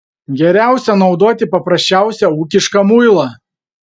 geriausia naudoti paprasčiausią ūkišką muilą